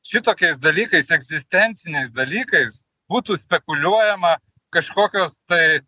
šitokiais dalykais egzistenciniais dalykais būtų spekuliuojama kažkokios tai